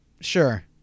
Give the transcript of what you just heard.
Sure